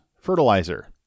fertilizer